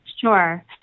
Sure